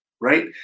right